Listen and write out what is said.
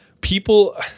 people